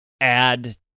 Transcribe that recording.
add